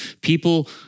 people